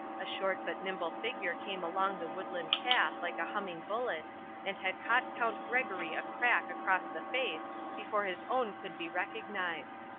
a short but nimble figure came along the woodland path like a humming bullet and had caught count gregory a crack across the face before his own could be recognized.